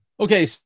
Okay